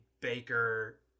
Baker